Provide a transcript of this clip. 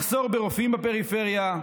מחסור ברופאים בפריפריה.